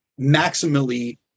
maximally